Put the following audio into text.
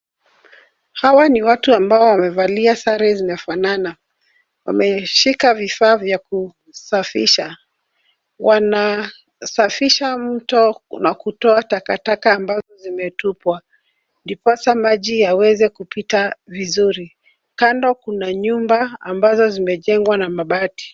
Hawa ni watu ambao wamevalia sare zinazofanana. Wamevishika vifaa vya kusafisha. Wanasafisha mto na kutoa takataka ambazo zimetupwa ndiposa maji yaweze kupita vizuri. Kando kuna nyumba ambazo zimejengwa na babati.